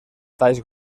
talls